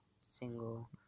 single